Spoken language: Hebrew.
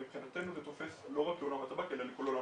מבחינתנו זה תופס לא רק לעולם הטבק אלא לכל עולם